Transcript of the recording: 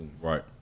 Right